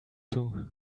too